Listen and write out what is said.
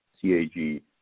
CAG